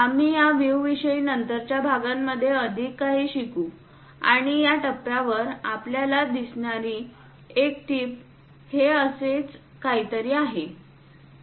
आम्ही या व्ह्यू विषयी नंतरच्या भागांमध्ये अधिक काही शिकू आणि या टप्प्यावर आपल्याला दिसणारी एक टीप हे असेच काहीतरी आहे